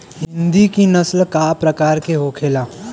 हिंदी की नस्ल का प्रकार के होखे ला?